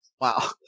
Wow